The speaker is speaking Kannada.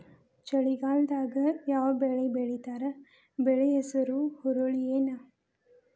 ಚಳಿಗಾಲದಾಗ್ ಯಾವ್ ಬೆಳಿ ಬೆಳಿತಾರ, ಬೆಳಿ ಹೆಸರು ಹುರುಳಿ ಏನ್?